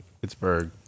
Pittsburgh